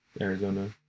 Arizona